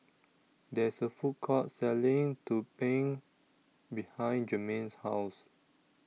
There IS A Food Court Selling Tumpeng behind Germaine's House